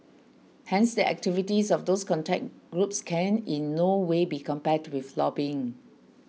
hence the activities of these contact groups can in no way be compared with lobbying